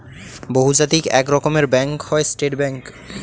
বহুজাতিক এক রকমের ব্যাঙ্ক হয় স্টেট ব্যাঙ্ক